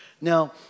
Now